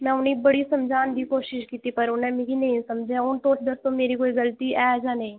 में उ'नें ई बड़ी समझान दी कोशिश कीती पर उ'नें मिगी नेईं समझेआ हून तुस दस्सो मेरी कोई गलती है जा नेईं